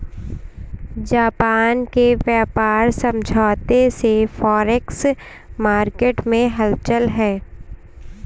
Japan के व्यापार समझौते से फॉरेक्स मार्केट में हलचल है